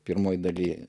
pirmoje dalyje ir